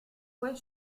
fue